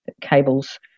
cables